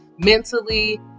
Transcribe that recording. mentally